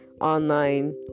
online